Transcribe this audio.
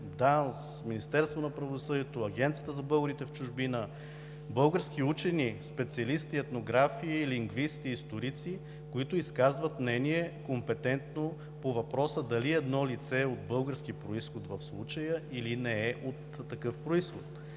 ДАНС, Министерството на правосъдието, Агенцията за българите в чужбина, български учени, специалисти, етнографи, лингвисти, историци, които изказват компетентно мнение по въпроса дали едно лице е от български произход в случая, или не е от такъв произход.